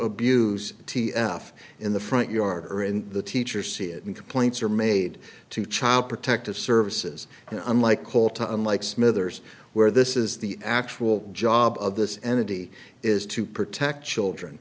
abuse t f in the front yard or in the teacher see it complaints are made to child protective services unlike all to unlike smithers where this is the actual job of this entity is to protect children